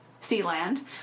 Sealand